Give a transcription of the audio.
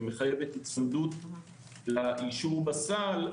שמחייבת היצמדות לאישור בסל.